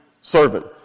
servant